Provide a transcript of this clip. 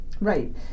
Right